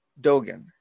Dogen